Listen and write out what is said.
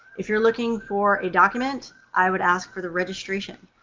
if you're looking for a document, i would ask for the registration.